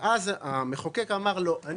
ואז, בשנת 1991, המחוקק אמר: אני